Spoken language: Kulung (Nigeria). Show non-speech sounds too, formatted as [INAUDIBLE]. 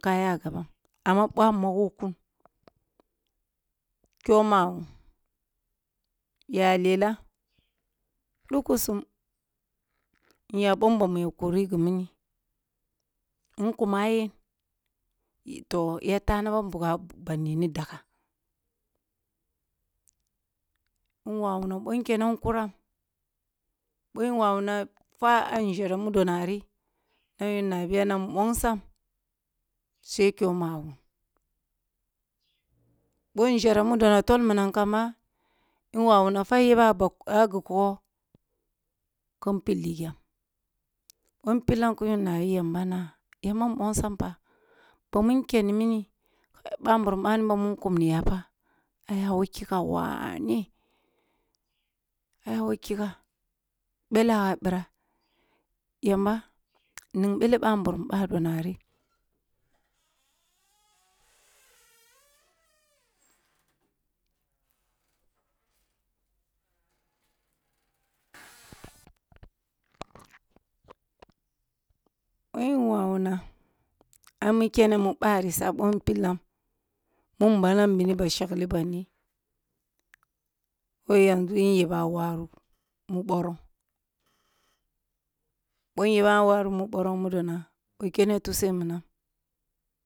Na ya gabban, amma ɓoh a magho kun kyoh ma wun ya lela ɗukusum nya ɓom bamu nkur ghi mini, nkum a yen toh ya tah na bam ban a bandi ni dagha, nwawuna boh keneang kuram, ɓboh nwawuna fwa a nȝhere udo nari na nnabiya ma mbongsang sai kyo ma wun, boh nȝhere mudo na tol minang kamba nwawuna fwah yebe a ghi kogho kin pilli gyam, ɓoh npillam kin yu nabi yamba na yamba nbongsang fa ba mun kene mini, ɓamburun ɓana mu kumniya ta a ya wo ki’ah wane ayawo kiah belagha ɓura, yamba hing ɓele ɓamburam ɓado nari [NOISE] ɓoh in wawuna ami kene mu ɓari sa ɓoh mpillam, mun mmallam bina ba shakli bandi, ko yanzu nyaba waru mu ɓoron, [NOISE] ɓoh nyaban a waru mu ɓoron mu dona ɓi kene tusi minang